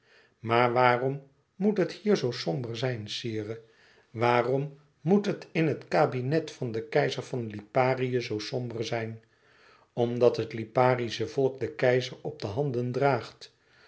maar waarom moet het hier zoo somber zijn sire waarom moet het in het kabinet van den keizer van liparië zoo somber zijn omdat het liparische volk dien keizer op de handen draagt